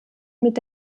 mit